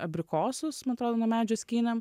abrikosus man atrodo nuo medžių skynėm